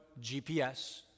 GPS